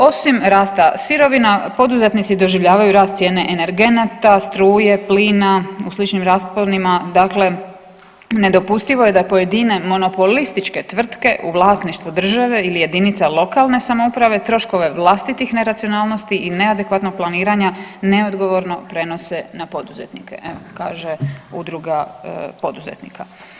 Osim rasta sirovina poduzetnici doživljavaju rast cijene energenata, struje, plina u sličnim rasponima, dakle nedopustivo je da pojedine monopolističke tvrtke u vlasništvu države ili jedinica lokalne samouprave troškove vlastitih neracionalnosti i neadekvatnog planiranja neodgovorno prenose na poduzetnike, evo kaže Udruga poduzetnika.